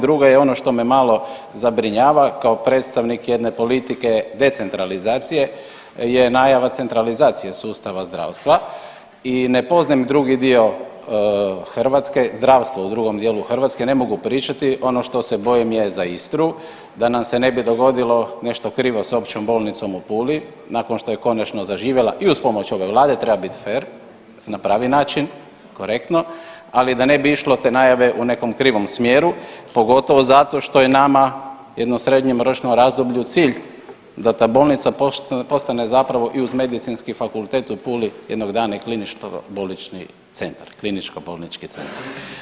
Druga je ono što me malo zabrinjava, kao predstavnik jedne politike decentralizacije je najava centralizacije sustava zdravstva i ne poznajem drugi dio Hrvatske, zdravstvo u drugom dijelu Hrvatske ne mogu pričati, ono što se bojim je za Istru da nam se ne bi dogodilo nešto krivo s Općom bolnicom u Puli nakon što je konačno zaživjela i uz pomoć ove vlade, treba biti fer na pravi način, korektno, ali da ne bi išlo te najave u nekom krivom smjeru, pogotovo zato što je nama jedno srednjoročnom razdoblju cilj da ta bolnica postane zapravo i uz Medicinski fakultet u Puli, jednog dana i klinički bolnični centar, kliničko bolnički centar.